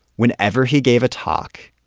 whenever he gave a talk,